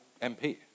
MP